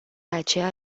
aceea